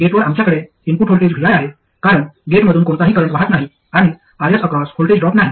गेटवर आमच्याकडे input voltage vi आहे कारण गेटमधून कोणताही करंट वाहत नाही आणि Rs अक्रॉस व्होल्टेज ड्रॉप नाही